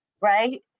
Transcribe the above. right